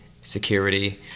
security